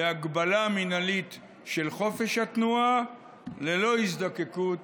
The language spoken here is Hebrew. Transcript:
להגבלה המינהלית של חופש התנועה, ללא הזדקקות